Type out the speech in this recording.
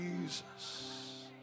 Jesus